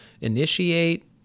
initiate